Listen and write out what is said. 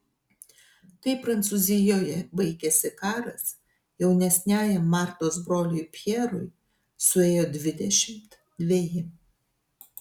kai prancūzijoje baigėsi karas jaunesniajam martos broliui pjerui suėjo dvidešimt dveji